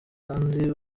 kandi